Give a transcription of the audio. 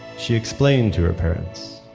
she explained to her parents